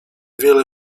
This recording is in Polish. wiele